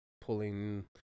pulling